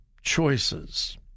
Choices